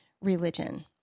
religion